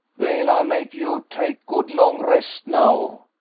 veil, ay make you take good long rest now.